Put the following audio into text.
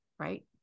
Right